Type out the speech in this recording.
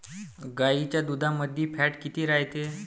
गाईच्या दुधामंदी फॅट किती रायते?